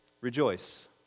rejoice